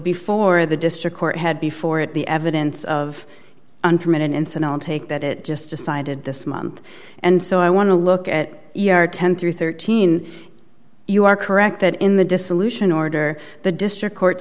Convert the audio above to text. before the district court had before it the evidence of unfermented incident take that it just decided this month and so i want to look at ten through thirteen you are correct that in the dissolution order the district court